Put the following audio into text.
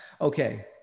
okay